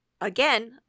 again